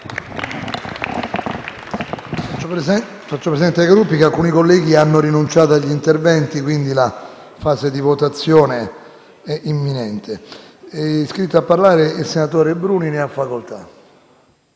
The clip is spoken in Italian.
Faccio presente ai Gruppi che alcuni colleghi hanno rinunciato a intervenire in discussione e, quindi, la fase di votazione è imminente. È iscritto a parlare il senatore Bruni. Ne ha facoltà.